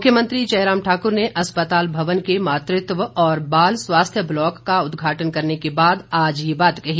मुख्यमंत्री जयराम ठाकुर ने अस्पताल भवन के मातृत्व और बाल स्वास्थ्य ब्लॉक का उद्घाटन करने के बाद आज ये बात कही